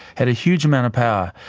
had a huge amount of power.